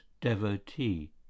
devotee